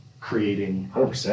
creating